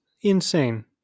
insane